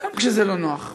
גם כשזה לא נוח.